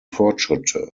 fortschritte